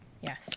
Yes